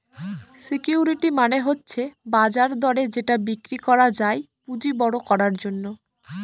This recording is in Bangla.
সিকিউরিটি মানে হচ্ছে বাজার দরে যেটা বিক্রি করা যায় পুঁজি বড়ো করার জন্য